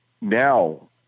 now